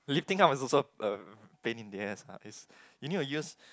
lifting up is also a pain in the ass lah it's you need to use